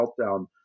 meltdown